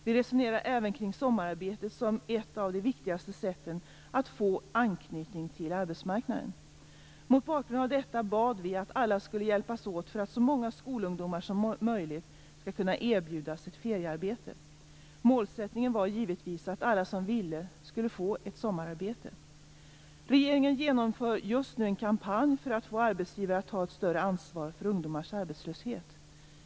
Vi resonerar även kring sommararbetet som ett av de viktigaste sätten att få en anknytning till arbetsmarknaden. Mot bakgrund av detta bad vi att alla skulle hjälpas åt för att så många skolungdomar som möjligt skall kunna erbjudas ett feriearbete. Målsättningen var givetvis att alla som ville skulle få ett sommararbete. Regeringen genomför just nu en kampanj för att få arbetsgivare att ta ett större ansvar för ungdomars arbetslöshet.